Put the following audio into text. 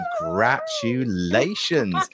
congratulations